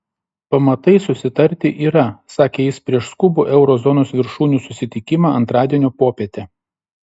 pamatai susitarti yra sakė jis prieš skubų euro zonos viršūnių susitikimą antradienio popietę